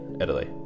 Italy